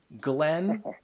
Glenn